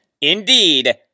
indeed